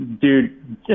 Dude